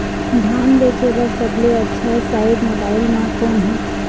धान बेचे बर सबले अच्छा साइट मोबाइल म कोन हे?